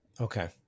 Okay